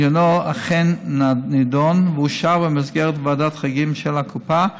עניינו אכן נדון ואושר במסגרת ועדת החריגים של הקופה,